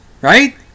right